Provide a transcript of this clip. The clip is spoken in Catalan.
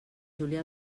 julià